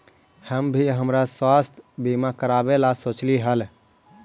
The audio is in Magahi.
हम भी हमरा स्वास्थ्य बीमा करावे ला सोचली हल